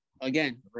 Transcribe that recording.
Again